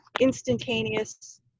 instantaneous